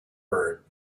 bird